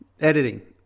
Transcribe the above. Editing